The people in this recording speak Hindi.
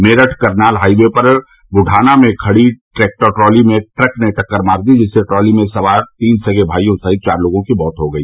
मेरठ करनाल हाइवे पर बुढाना में खड़ी ट्रैक्टर ट्राली में ट्रक ने टक्कर मार दी जिसमें ट्राली में सवार तीन सगे भाईयों सहित चार लोगों की मौत हो गई